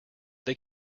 they